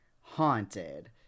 haunted